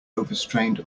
overstrained